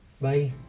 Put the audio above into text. Bye